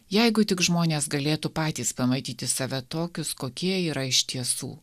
jeigu tik žmonės galėtų patys pamatyti save tokius kokie yra iš tiesų